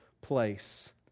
place